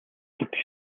гэдэг